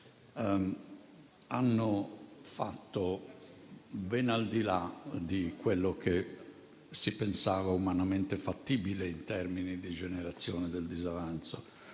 hanno fatto ben al di là di quello che si pensava umanamente fattibile in termini di generazione del disavanzo.